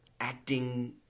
acting